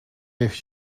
heeft